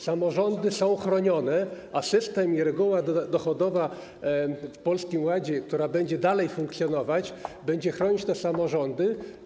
Samorządy są chronione, a system i reguła dochodowa w Polskim Ładzie, która będzie dalej funkcjonować, będą chronić też samorządy.